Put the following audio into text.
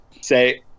say